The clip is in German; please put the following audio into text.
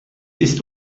ist